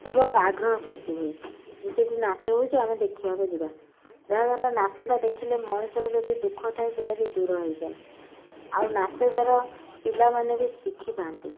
ଏବଂ ଆଗ୍ରହ ସୃଷ୍ଟି ହୁଏ ଯେ ସେଇଠି ନାଚ ହେଉଛି ଆମେ ଦେଖିବାକୁ ଯିବା ଯାହାଦ୍ୱାରା ନାଚଟା ଦେଖିଲେ ମଣିଷର ଯଦି ଦୁଃଖ ଥାଏ ସେଇଟା ବି ଦୂର ହେଇଯାଏ ଆଉ ନାଚ ଦ୍ୱାରା ପିଲାମାନେ ବି ଶିଖିଥାନ୍ତି